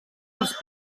els